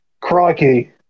Crikey